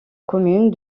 commune